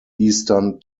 eastern